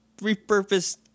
repurposed